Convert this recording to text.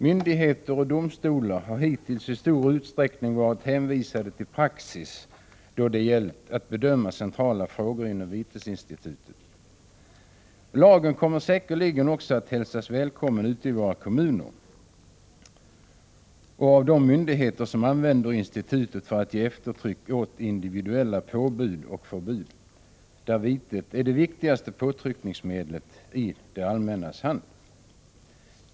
Myndigheter och domstolar har hittills i stor utsträckning varit hänvisade till praxis då det gällt att bedöma centrala frågor inom vitesinstitutet. Lagen kommer säkerligen också att hälsas välkommen ute i våra kommuner och av de myndigheter som använder institutet för att ge eftertryck åt individuella påbud och förbud, där vitet är det viktigaste påtryckningsmedlet i det allmännas hand.